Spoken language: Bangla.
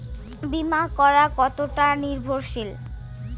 বীমা করা কতোটা নির্ভরশীল?